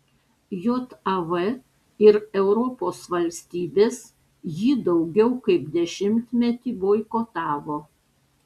jav ir europos valstybės jį daugiau kaip dešimtmetį boikotavo